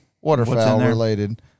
waterfowl-related –